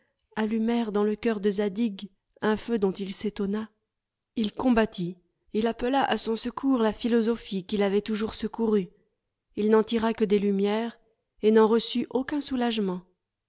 allumèrent dans le coeur de zadig un feu dont il s'étonna il combattit il appela à son secours la philosophie qui l'avait toujours secouru il n'en tira que des lumières et n'en reçut aucun soulagement